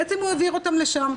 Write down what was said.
בעצם הוא העביר אותם לשם,